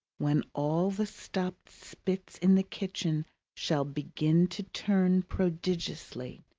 when all the stopped spits in the kitchen shall begin to turn prodigiously!